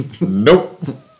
Nope